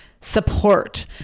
support